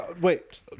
Wait